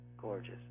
gorgeous